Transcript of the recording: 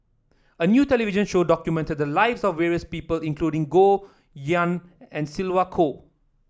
a new television show documented the lives of various people including Goh Yihan and Sylvia Kho